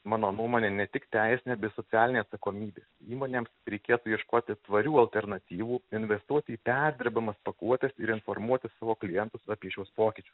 mano nuomone ne tik teisinė bei socialinė atsakomybė įmonėms reikėtų ieškoti tvarių alternatyvų investuot į perdirbamas pakuotes ir informuoti savo klientus apie šiuos pokyčius